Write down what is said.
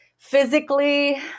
physically